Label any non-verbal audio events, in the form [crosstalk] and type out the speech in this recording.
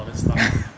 [noise] [breath]